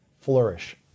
Flourish